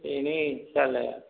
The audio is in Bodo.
बेनो जारलाया